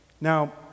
Now